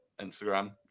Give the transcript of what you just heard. Instagram